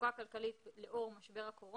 למצוקה כלכלית לאור משבר הקורונה,